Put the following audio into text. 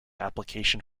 application